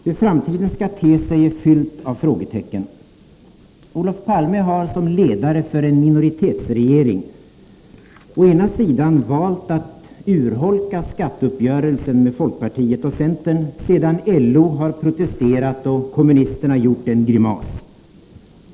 Hur framtiden skall te sig är fyllt av frågetecken. Olof Palme har som ledare för en minoritetsregering å ena sidan valt att urholka skatteuppgörelsen med folkpartiet och centern sedan LO har protesterat och kommunisterna gjort en grimas.